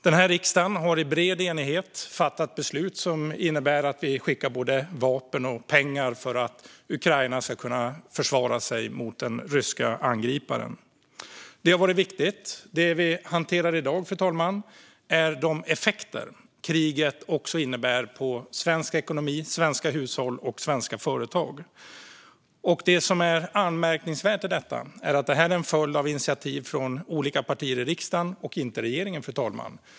Den här riksdagen har i bred enighet fattat beslut som innebär att vi skickar både vapen och pengar för att Ukraina ska kunna försvara sig mot den ryska angriparen. Det har varit viktigt. Det vi hanterar i dag, fru talman, är de effekter kriget också har på svensk ekonomi, svenska hushåll och svenska företag. Det som är anmärkningsvärt i detta är att det är en följd av initiativ från olika partier i riksdagen, fru talman, och inte från regeringen.